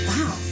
Wow